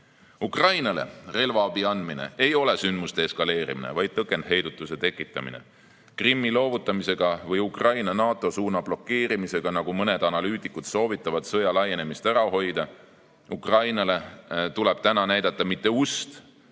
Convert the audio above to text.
aastas. Ukrainale relvaabi andmine ei ole sündmuste eskaleerimine, vaid tõkendheidutuse tekitamine. Krimmi loovutamisega või Ukraina-NATO suuna blokeerimisega, nagu mõned analüütikud soovitavad, sõja laienemist ära ei hoia. Ukrainale tuleb täna näidata mitte ust,